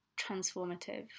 transformative